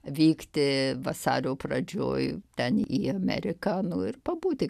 vykti vasario pradžioj ten į ameriką nu ir pabūti